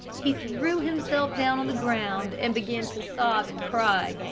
he threw himself down on the ground and began to sob and cry,